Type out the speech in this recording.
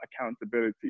accountability